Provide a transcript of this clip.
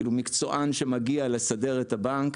מקצוען שמגיע לסדר את הבנק.